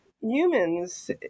Humans